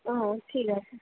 ও ঠিক আছে